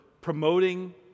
promoting